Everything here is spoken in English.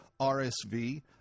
RSV